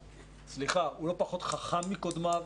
סליחה, הוא לא פחות חכם מקודמיו.